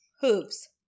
Hooves